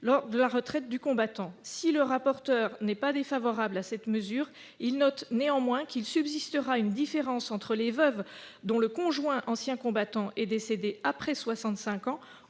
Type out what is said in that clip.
de la retraite du combattant ». Si le rapporteur « n'est pas défavorable à cette mesure, il note qu'il subsistera une différence entre les veuves dont le conjoint ancien combattant est décédé après 65 ans